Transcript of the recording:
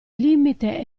limite